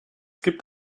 gibt